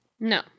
No